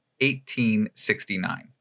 1869